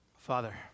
Father